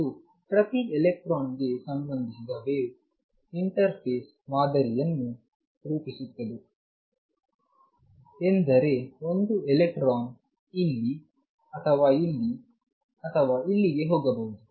ಮತ್ತು ಪ್ರತಿ ಎಲೆಕ್ಟ್ರಾನ್ಗೆ ಸಂಬಂಧಿಸಿದ ವೇವ್ ಇಂಟರ್ಫೇಸ್ ಮಾದರಿಯನ್ನು ರೂಪಿಸುತ್ತದೆ ಎಂದರೆ ಒಂದು ಎಲೆಕ್ಟ್ರಾನ್ ಇಲ್ಲಿ ಅಥವಾ ಇಲ್ಲಿ ಅಥವಾ ಇಲ್ಲಿ ಅಥವಾ ಇಲ್ಲಿಗೆ ಹೋಗಬಹುದು